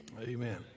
Amen